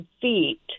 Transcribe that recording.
feet